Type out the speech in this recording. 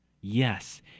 Yes